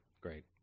Great